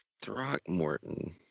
Throckmorton